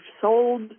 sold